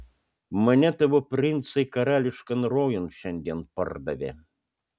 mane tavo princai karališkan rojun šiandien pardavė